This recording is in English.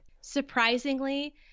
Surprisingly